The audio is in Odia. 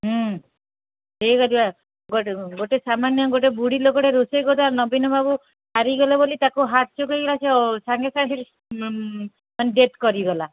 ହୁଁ ସେୟା କରିବା ଗୋଟେ ସାମାନ୍ୟ ଗୋଟେ ବୁଢ଼ୀ ଲୋକ ଟେ ରୋଷେଇ କରୁଥିଲା ନବୀନ ବାବୁ ହାରିଗଲେ ବୋଲି ତାକୁ ହାର୍ଟଚୋକ୍ ହେଇଗଲା ସେ ସାଙ୍ଗ ସାଙ୍ଗ ମାନେ ଡେଥ୍ କରିଗଲା